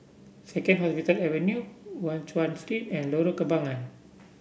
Second Hospital Avenue Guan Chuan Street and Lorong Kembagan